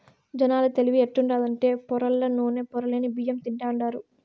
జనాల తెలివి ఎట్టుండాదంటే పొరల్ల నూనె, పొరలేని బియ్యం తింటాండారు